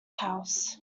house